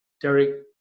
Derek